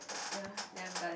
ya then I'm done